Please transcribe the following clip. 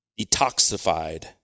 detoxified